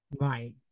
Right